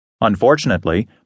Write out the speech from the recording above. Unfortunately